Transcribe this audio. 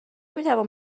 میتوان